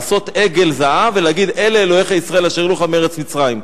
לעשות עגל זהב ולהגיד "אלה אלהיך ישראל אשר העלוך מארץ מצרים",